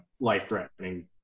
life-threatening